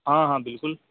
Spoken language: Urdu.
ہاں ہاں بالکل